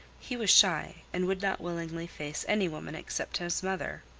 he was shy, and would not willingly face any woman except his mother.